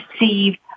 receive